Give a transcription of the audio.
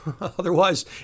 Otherwise